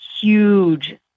huge